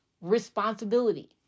responsibility